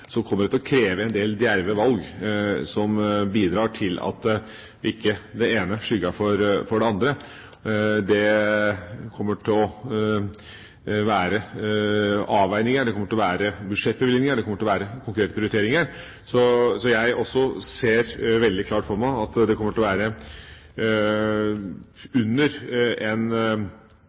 det en del djerve valg som må bidra til at ikke det ene skygger for det andre. Det kommer til å være avveininger, det kommer til å være budsjettbevilgninger, det kommer til å være konkrete prioriteringer. Så jeg ser også veldig klart for meg at det kommer til å ligge under en